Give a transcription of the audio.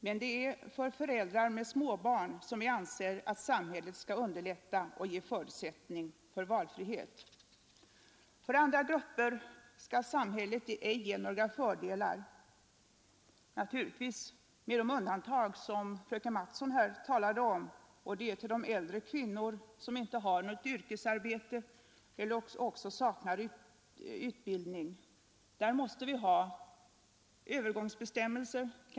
Men det är för föräldrar med småbarn som vi anser att samhället skall underlätta och ge förutsättning för valfrihet. Andra grupper skall samhället inte ge några fördelar — naturligtvis med de undantag som fröken Mattson nämnde, nämligen äldre kvinnor som inte har något yrkesarbete eller som saknar utbildning. För dem måste vi ha Övergångsbestämmelser.